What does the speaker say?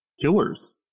killers